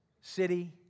city